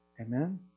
Amen